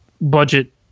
budget